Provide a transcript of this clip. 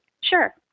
Sure